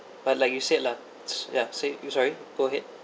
but like you said lah s~ ya say I'm sorry go ahead